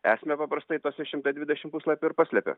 esmę paprastai tuose šimta dvidešim puslapių ir paslepia